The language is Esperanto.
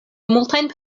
multajn